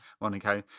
Monaco